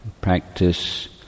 practice